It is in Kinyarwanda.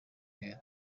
heard